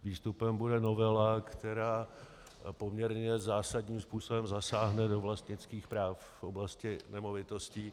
Výstupem bude novela, která poměrně zásadním způsobem zasáhne do vlastnických práv v oblasti nemovitostí.